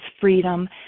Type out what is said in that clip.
freedom